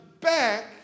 back